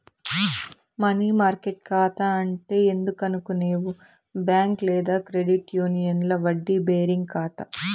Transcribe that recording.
money market కాతా అంటే ఏందనుకునేవు బ్యాంక్ లేదా క్రెడిట్ యూనియన్ల వడ్డీ బేరింగ్ కాతా